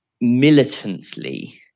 militantly